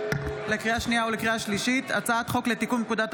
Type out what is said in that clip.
נפגעי מלחמה ושוטרים מארנונה) (תיקון,